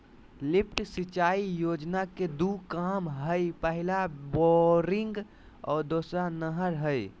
lift सिंचाई योजना के दू काम हइ पहला बोरिंग और दोसर नहर हइ